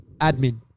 admin